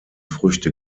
früchte